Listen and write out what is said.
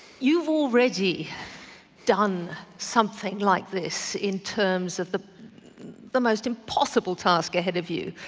you've already done something like this in terms of the the most impossible task ahead of you,